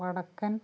വടക്കൻ